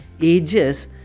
ages